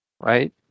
right